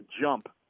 jump